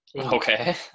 Okay